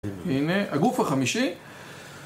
הנה הגוף החמישי